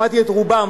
שמעתי את רובם.